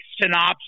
synopsis